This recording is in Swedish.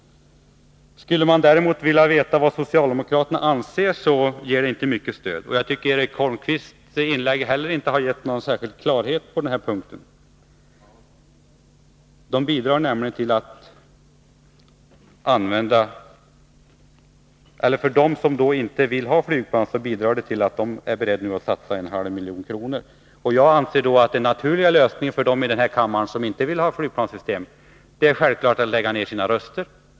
Vill man däremot veta vad socialdemokraterna anser, så får man inte mycket stöd i reservationen. Inte heller Eric Holmqvists inlägg har varit särskilt klargörande på den punkten. De som inte vill ha flygplan skulle alltså nu vara beredda att satsa 0,5 miljarder kronor. Jag anser att den naturliga lösningen för de ledamöter här i kammaren som inte vill ha flygplanssystem självfallet är att de lägger ned sina röster.